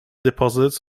deposits